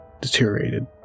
deteriorated